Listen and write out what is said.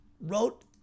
wrote